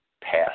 past